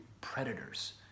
predators